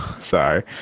Sorry